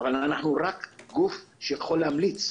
גוף שיכול להמליץ,